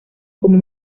como